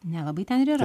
nelabai ten ir yra